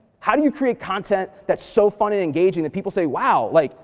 how do you create content that's so fun and engaging that people say, wow, like